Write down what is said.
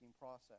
process